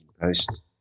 post